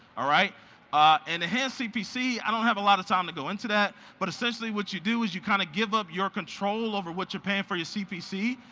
enhanced cpc, i don't have a lot of time to go into that, but essentially what you do is you kind of give up your control over what you're paying for your cpc,